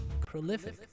Prolific